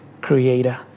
Creator